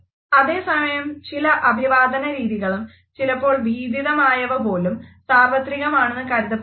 അതേസമയം ചില അഭിവാദന രീതികളും ചിലപ്പോൾ ഭീതിദമായവ പോലും സാർവത്രികമാണെന്നു കരുതപ്പെട്ടിരുന്നു